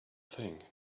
thing